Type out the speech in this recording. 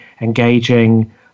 engaging